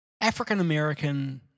African-American